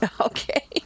Okay